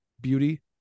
beauty